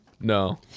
No